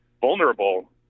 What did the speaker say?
vulnerable